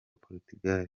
portugal